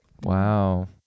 Wow